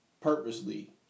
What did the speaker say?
purposely